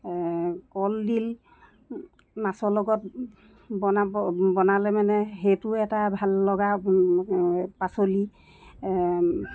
কলদিল মাছৰ লগত বনাব বনালে মানে সেইটো এটা ভাল লগা পাচলি